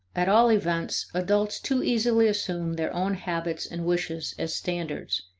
at all events, adults too easily assume their own habits and wishes as standards,